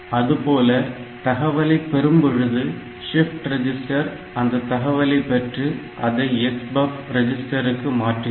அதுபோல தகவலைப் பெறும் பொழுது ஷிப்ட் ரெஜிஸ்டர் அந்தத் தகவலைப் பெற்று அதை SBUF ரெஜிஸ்டருக்கு மாற்றுகிறது